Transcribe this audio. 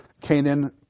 Canaan